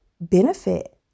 benefit